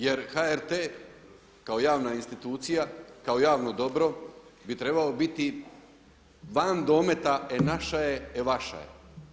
Jer HRT kao institucija, kako javno dobro bi trebao biti van dometa e naša je, e vaša je.